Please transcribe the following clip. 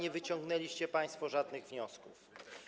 Nie wyciągnęliście państwo żadnych wniosków.